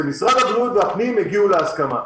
שמשרד הבריאות ומשרד הפנים יגיעו להסכמה.